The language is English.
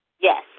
Yes